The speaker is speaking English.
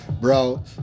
Bro